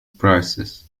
prices